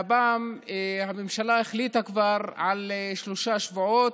והפעם הממשלה החליטה כבר על שלושה שבועות.